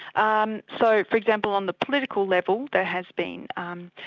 um so for example, on the political level, there has been um